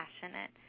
passionate